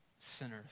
sinners